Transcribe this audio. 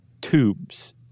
tubes